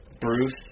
Bruce